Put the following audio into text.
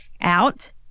out